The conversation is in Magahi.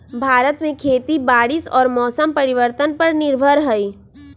भारत में खेती बारिश और मौसम परिवर्तन पर निर्भर हई